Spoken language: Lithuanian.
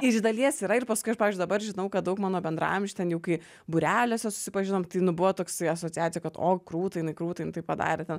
iš dalies yra ir paskui aš pavyzdžiui dabar žinau kad daug mano bendraamžių ten jau kai būreliuose susipažinom tai nu buvo taksi asociacija kad o krūtai jinai krūtai nu tai padarė ten